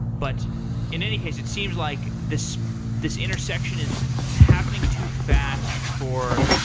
but in any case, it seems like this this intersection is happening too fast for,